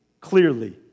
clearly